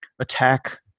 attack